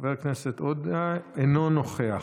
חבר הכנסת עודה, אינו נוכח.